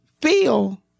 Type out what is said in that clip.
feel